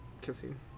kissing